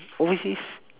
overseas